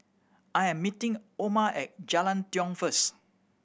I am meeting Oma at Jalan Tiong first